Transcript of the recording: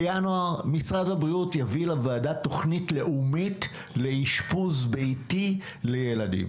בינואר משרד הבריאות יביא לוועדה תוכנית לאומית לאשפוז ביתי לילדים.